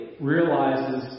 realizes